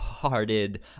hearted